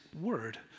word